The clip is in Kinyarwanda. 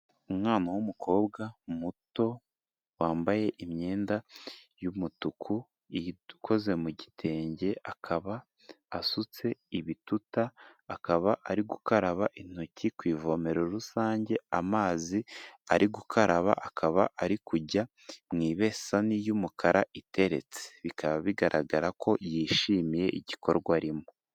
Umwana w'umukobwa muto wambaye imyenda y'umutuku ikoze mu gitenge, akaba asutse ibituta, akaba ari gukaraba intoki ku ivomero rusange amazi ari gukaraba akaba ari kujya mu ibesani y'umukara iteretse. Bikaba bigaragara ko yishimiye igikorwa arimo.